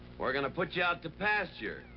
we're going to put you out to pasture.